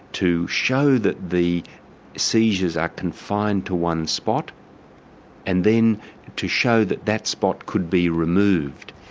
to show that the seizures are confined to one spot and then to show that that spot could be removed.